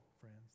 friends